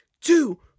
two